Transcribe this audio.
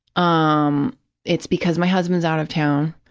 um it's because my husband's out of town,